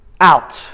out